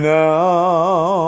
now